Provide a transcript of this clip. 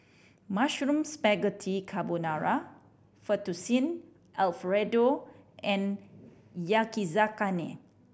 Mushroom Spaghetti Carbonara Fettuccine Alfredo and Yakizakana